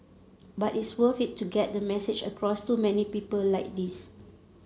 but it's worth it to get the message across to many people like this